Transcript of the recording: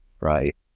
right